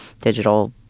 digital